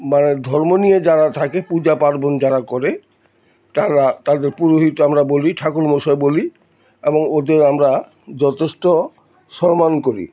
মানে ধর্ম নিয়ে যারা থাকে পূজা পার্বণ যারা করে তারা তাদের পুরোহিত আমরা বলি ঠাকুরমশাই বলি এবং ওদের আমরা যথেষ্ট সম্মান করি